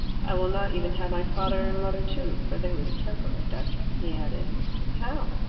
i will not even have my father and mother too. for they would separate us, he added. how?